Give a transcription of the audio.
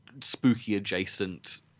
spooky-adjacent